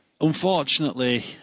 Unfortunately